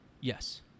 Yes